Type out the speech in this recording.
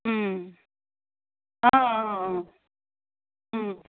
অঁ অঁ অঁ